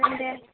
ओं दे